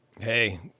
Hey